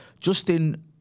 Justin